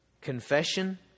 confession